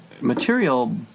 material